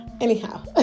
Anyhow